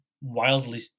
wildly